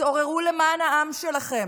תתעוררו למען העם שלכם.